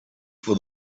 for